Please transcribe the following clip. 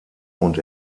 und